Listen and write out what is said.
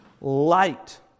light